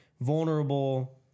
vulnerable